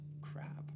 crap